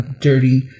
Dirty